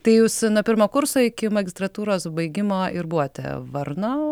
tai jūs nuo pirmo kurso iki magistratūros baigimo ir buvote varno